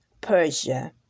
Persia